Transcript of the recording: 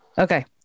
Okay